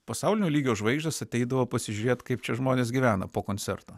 pasaulinio lygio žvaigždės ateidavo pasižiūrėti kaip čia žmonės gyvena po koncerto